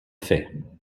fer